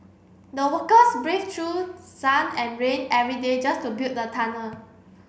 the workers braved through sun and rain every day just to build the tunnel